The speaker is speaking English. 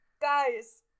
guys